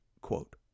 quote